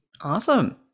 Awesome